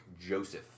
Joseph